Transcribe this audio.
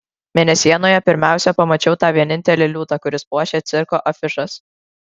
mėnesienoje pirmiausia pamačiau tą vienintelį liūtą kuris puošia cirko afišas